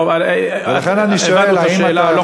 לכן, אני שואל, הבנתי את השאלה.